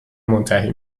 منتهی